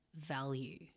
value